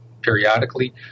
periodically